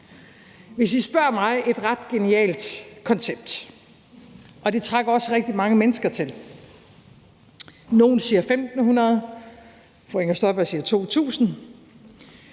Hvis I spørger mig, var det et ret genialt koncept, og det trak også rigtig mange mennesker til. Nogle siger 1.500, fru Inger Støjberg siger 2.000.